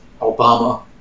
Obama